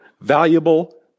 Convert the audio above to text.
valuable